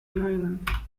island